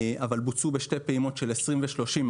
אבל בוצעו בשתי פעימות של 20 אלף ו-30 אלף שקלים,